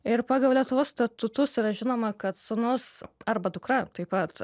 ir pagal lietuvos statutus yra žinoma kad sūnus arba dukra taip pat